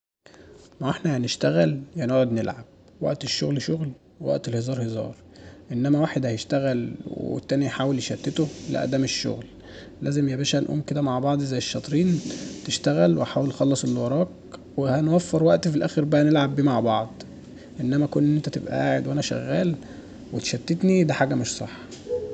ماهو احنا يا نشتغل يا نقعد نلعب وقت الشغل شغل ووقت الهزار هزار انما واحد هيشتغل والتاني يحاول يشتته لا دا مش شغل لازم ياباشا نقوم كدا مع بعض زي الشتطرين تشتغل وحاول خلص اللي وراك وهنوفر وقت في الاخر بقا نلعب بيه مع بعض انما كون ان انت تبقى قاعد وانا شغال وتشتتني دا حاجة مش صح